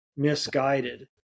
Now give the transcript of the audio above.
misguided